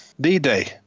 D-Day